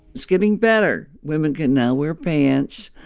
getting better. women can now wear pants,